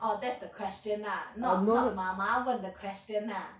orh that's the question lah not not 妈妈问的 question lah